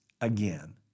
again